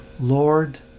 Lord